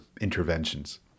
interventions